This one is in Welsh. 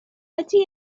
ydy